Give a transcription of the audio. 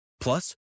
Plus